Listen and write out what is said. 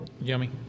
Yummy